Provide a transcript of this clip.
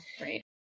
Right